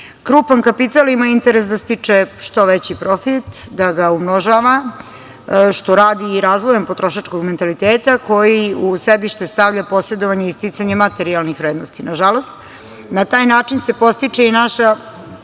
kapital ima interes da stiče što veći profit, da ga umnožava, što radi i razvojem potrošačkog mentaliteta koji u sedište stavlja posedovanje i sticanje materijalnih vrednosti, nažalost. Na taj način se podstiče i naša